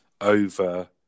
over